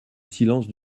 silence